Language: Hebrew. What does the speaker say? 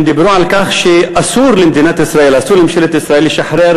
הם דיברו על כך שאסור לממשלת ישראל לשחרר